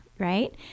Right